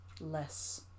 less